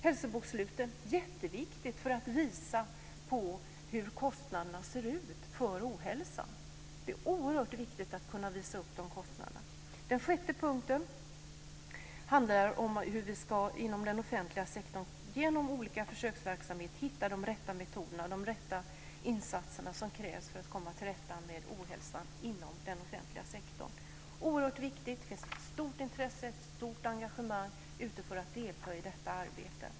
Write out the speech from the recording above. Hälsoboksluten är jätteviktiga för att visa på hur kostnaderna ser ut för ohälsan. Det är oerhört viktigt att kunna visa upp de kostnaderna. Den sjätte punkten handlar om hur vi inom den offentliga sektorn genom olika försöksverksamhet ska hitta de rätta metoderna och de insatser som krävs för att komma till rätta med ohälsan inom den offentliga sektorn. Det är oerhört viktigt. Det finns ett stort intresse och ett stort engagemang för att delta i detta arbete.